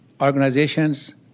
organizations